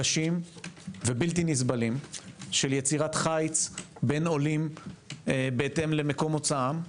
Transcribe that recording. קשים ובלתי נסבלים של יצירת חיץ בין עולים בהתאם למקום מוצאם,